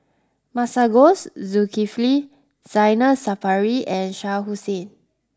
Masagos Zulkifli Zainal Sapari and Shah Hussain